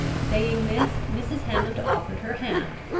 saying this, mrs. hammond offered her hand,